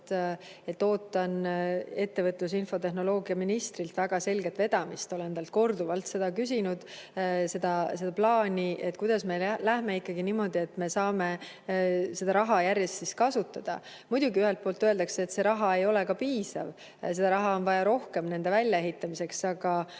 et ootan ettevõtlus‑ ja infotehnoloogiaministrilt väga selget vedamist. Olen talt korduvalt küsinud seda plaani, kuidas me lähme edasi ikkagi niimoodi, et me saame seda raha järjest kasutada. Muidugi, ühelt poolt öeldakse, et see raha ei ole ka piisav, raha on väljaehitamiseks vaja